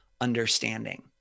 understanding